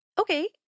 Okay